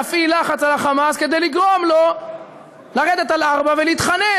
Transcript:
להפעיל לחץ על ה"חמאס" כדי לגרום לו לרדת על ארבע ולהתחנן